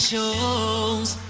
Shows